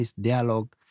dialogue